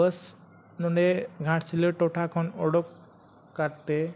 ᱵᱟᱥ ᱱᱚᱰᱮ ᱜᱷᱟᱴᱥᱤᱞᱟᱹ ᱴᱚᱴᱷᱟ ᱠᱷᱚᱱ ᱚᱰᱳᱠ ᱠᱟᱛᱮᱫ